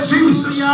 Jesus